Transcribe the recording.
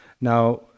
Now